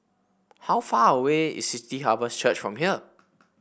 How far away is City Harvest Church from here